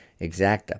exacta